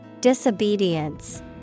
Disobedience